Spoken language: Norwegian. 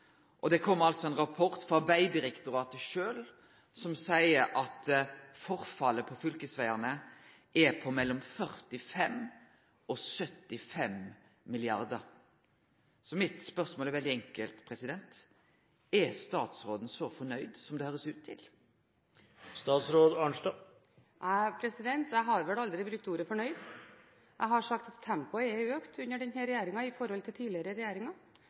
Det har komme ein rapport frå Vegdirektoratet sjølv, som seier at forfallet på fylkesvegane utgjer mellom 45 mrd. kr og 75 mrd. kr. Så mitt spørsmål er veldig enkelt: Er statsråden så nøgd som det høyrest ut til? Jeg har vel aldri brukt ordet «fornøyd». Jeg har sagt at tempoet har økt under denne regjeringen i forhold til tidligere regjeringer.